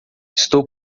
estou